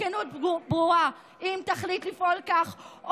בכנות גמורה: אם תחליט לפעול כך,